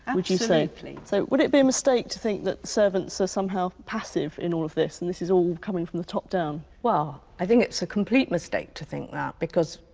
and would you say? absolutely. so would it be a mistake to think that servants are somehow passive in all of this, and this is all coming from the top down? well, i think it's a complete mistake to think that, because,